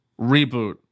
Reboot